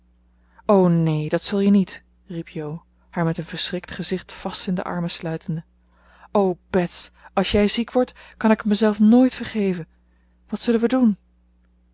o neen dat zul je niet riep jo haar met een verschrikt gezicht vast in de armen sluitende o bets als jij ziek wordt kan ik het me zelf nooit vergeven wat zullen we doen